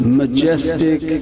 majestic